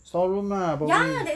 store room lah probably